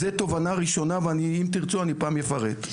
זה תובנה ראשונה ואני אם תרצו אני פעם אפרט.